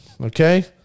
okay